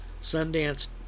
sundance